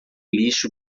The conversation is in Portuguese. lixo